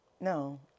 No